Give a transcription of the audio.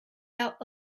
out